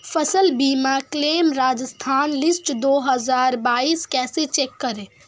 फसल बीमा claim Rajasthan list दो हज़ार बाईस कैसे चेक करें?